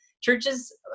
Churches